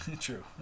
True